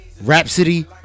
Rhapsody